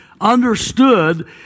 understood